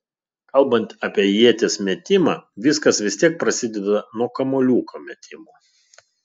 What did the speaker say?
kalbant apie ieties metimą viskas vis tiek prasideda nuo kamuoliuko metimo